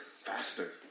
faster